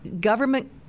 government